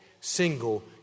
single